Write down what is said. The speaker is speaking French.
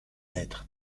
lettre